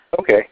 Okay